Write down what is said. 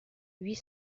huit